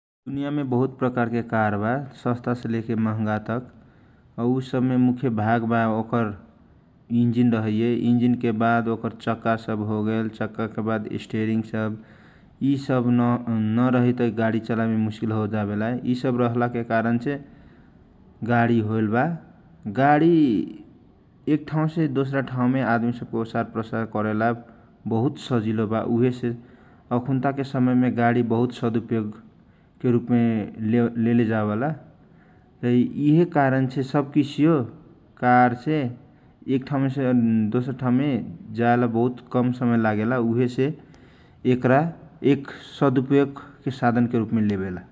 दुनियामे बहुत प्रकार के कारबा सास्ता छे लेकर महंगा तक उसवमे मुख्य भागवा ओकर इन्जीन रहईए चक्का के बाद स्टेरिङ सव इसव नरही त गाडी चलायल। मुस्कील हो वेला यि सब रहला के कारण गाडी होयल बा गाडी एक ठाउँ से दूसरा ठाउँ मे आदमी सबके एक ठाउँ से दूसरा ठाउँ में जायला बहुत कम समय लागेला उहे से एकरा एक सकुपयोगके रुप मे लेबेला ।